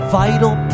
vital